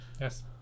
Yes